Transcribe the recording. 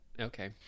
Okay